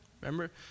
Remember